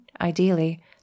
ideally